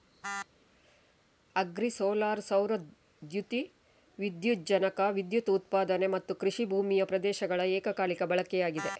agri solar ಸೌರ ದ್ಯುತಿ ವಿದ್ಯುಜ್ಜನಕ ವಿದ್ಯುತ್ ಉತ್ಪಾದನೆ ಮತ್ತುಕೃಷಿ ಭೂಮಿಯ ಪ್ರದೇಶಗಳ ಏಕಕಾಲಿಕ ಬಳಕೆಯಾಗಿದೆ